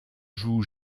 joue